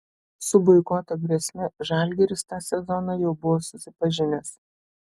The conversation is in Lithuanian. su boikoto grėsme žalgiris tą sezoną jau buvo susipažinęs